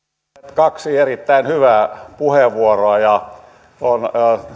kaksi erittäin hyvää puheenvuoroa ja on